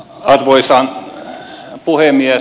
arvoisa puhemies